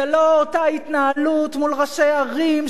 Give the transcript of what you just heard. זה לא אותה התנהלות מול ראשי ערים,